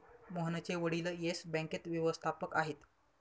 मोहनचे वडील येस बँकेत व्यवस्थापक आहेत